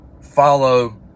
follow